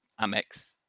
Amex